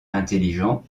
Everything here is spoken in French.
intelligent